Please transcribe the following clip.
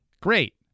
Great